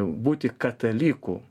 būti kataliku